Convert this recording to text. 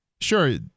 Sure